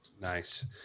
Nice